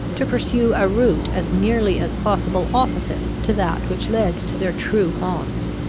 to pursue a route as nearly as possible opposite to that which led to their true haunts.